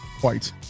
White